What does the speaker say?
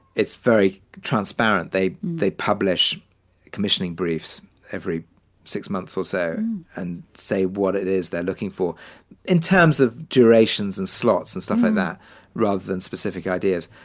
it's very transparent. they they publish commissioning briefs every six months or so and say what it is they're looking for in terms of durations and slots and stuff like that rather than specific ideas.